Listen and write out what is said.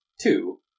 two